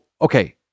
Okay